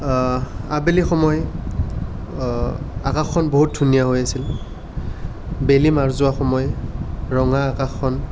আবেলি সময় আকাশখন বহুত ধুনীয়া হৈ আছিল বেলি মাৰ যোৱা সময় ৰঙা আকাশখন